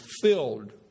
filled